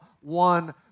one